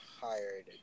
hired